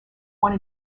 one